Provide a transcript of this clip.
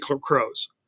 crows